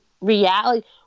reality